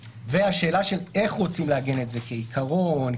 והשאלה איך רוצים לעגן את זה כעיקרון,